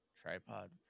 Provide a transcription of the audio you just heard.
tripod